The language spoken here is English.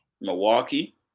Milwaukee